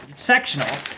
sectional